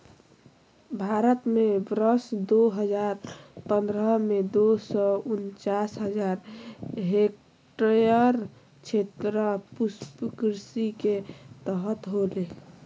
भारत में वर्ष दो हजार पंद्रह में, दो सौ उनचास हजार हेक्टयेर क्षेत्र पुष्पकृषि के तहत होले